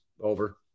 over